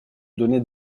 donnais